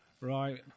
Right